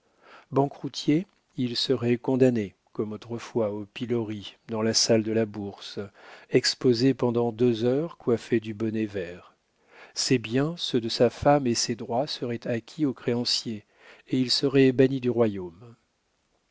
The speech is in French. banqueroutier il serait condamné comme autrefois au pilori dans la salle de la bourse exposé pendant deux heures coiffé du bonnet vert ses biens ceux de sa femme et ses droits seraient acquis aux créanciers et il serait banni du royaume